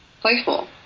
Playful